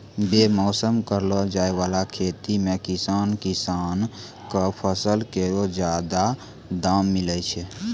बेमौसम करलो जाय वाला खेती सें किसान किसान क फसल केरो जादा दाम मिलै छै